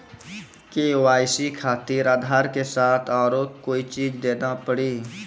KYC खातिर आधार के साथ औरों कोई चीज देना पड़ी?